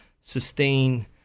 sustain